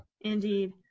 indeed